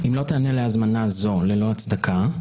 אם לא תיענה להזמנה זו ללא הצדקה,